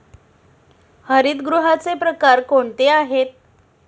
हरितगृहाचे प्रकार कोणते आहेत?